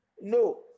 No